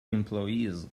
employees